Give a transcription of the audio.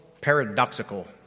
paradoxical